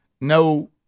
no